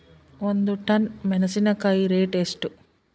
ಒಂದು ಟನ್ ಮೆನೆಸಿನಕಾಯಿ ರೇಟ್ ಎಷ್ಟು?